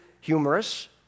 humorous